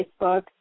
Facebook